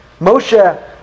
Moshe